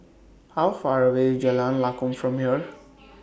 How Far away IS Jalan Lakum from here